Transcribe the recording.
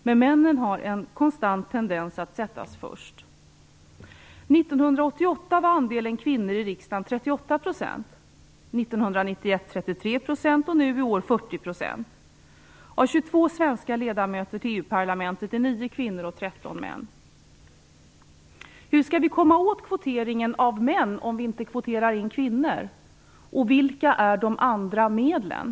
Men det finns en konstant tendens att sätta männen först. var den 33 % och nu i år 40 %. Av 22 svenska ledamöter till EU-parlamentet är 9 kvinnor och 13 män. Hur skall vi komma åt kvoteringen av män om vi inte kvoterar in kvinnor? Vilka är de andra medlen?